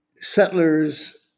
settlers